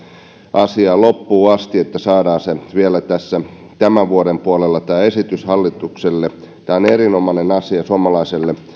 asiaa loppuun asti että saadaan vielä tämän vuoden puolella tämä esitys hallitukselle tämä on erinomainen asia suomalaiselle